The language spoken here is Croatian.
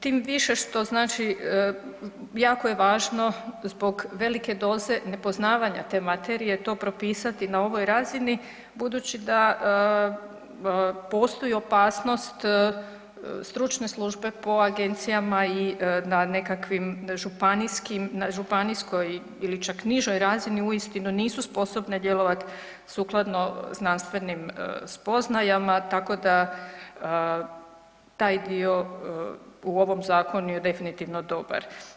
Tim više što znači jako je važno zbog velike doze nepoznavanja te materije to propisati na ovoj razini budući da postoji opasnost stručne službe po agencijama i na nekakvim županijskim, na županijskoj ili čak nižoj razini uistinu nisu sposobne djelovat sukladno znanstvenim spoznajama, tako da taj dio u ovom zakonu je definitivno dobar.